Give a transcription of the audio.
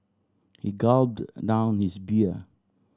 he gulped down his beer